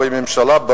הממשלה,